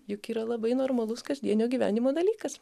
juk yra labai normalus kasdienio gyvenimo dalykas